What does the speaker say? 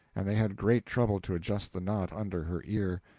and they had great trouble to adjust the knot under her ear,